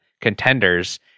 contenders